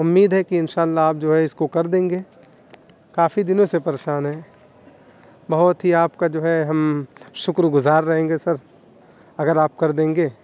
امید ہے کہ انشاء اللہ آپ جو ہے اس کو کر دیں گے کافی دنوں سے پریشان ہیں بہت ہی آپ کا جو ہے ہم شکر گزار رہیں گے سر اگر آپ کر دیں گے